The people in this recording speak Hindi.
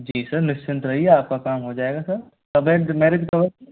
जी सर निश्चिंत रहिए आपका काम हो जाएगा सर कब है मेरिज कब है सर